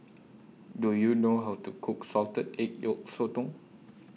Do YOU know How to Cook Salted Egg Yolk Sotong